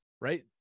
Right